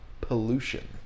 pollution